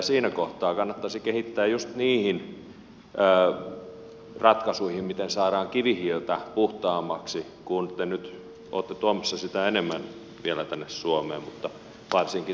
siinä kohtaa kannattaisi kehittää just niitä ratkaisuja miten saadaan kivihiiltä puhtaammaksi jota te nyt olette tuomassa enemmän vielä tänne suomeen mutta jota on varsinkin siellä kiinan markkinoilla